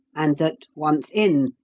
and that, once in,